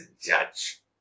judge